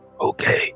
Okay